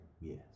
Yes